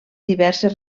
diverses